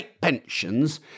pensions